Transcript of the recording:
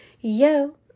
yo